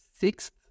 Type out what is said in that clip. Sixth